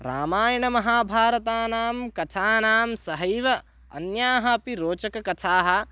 रामायणमहाभारतानां कथानां सहैव अन्याः अपि रोचककथाः